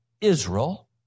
Israel